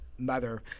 mother